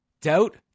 doubt